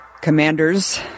commanders